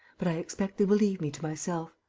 but i expect they will leave me to myself.